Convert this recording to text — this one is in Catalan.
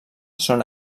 són